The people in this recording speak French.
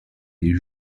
des